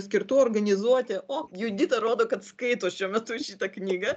skirtų organizuoti o judita rodo kad skaito šiuo metu šita knygą